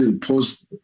post